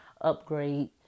upgrade